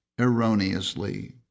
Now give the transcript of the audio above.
erroneously